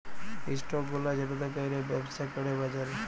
stock গুলা যেটতে ক্যইরে ব্যবছা ক্যরে বাজারে